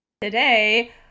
Today